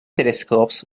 telescopes